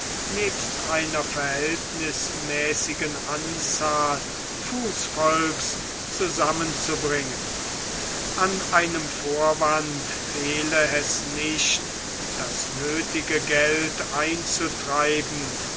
nebst einer verhältnismäßigen anzahl fußvolk zusammenzubringen an einem vorwand fehle es nicht das nöthige geld einzutreiben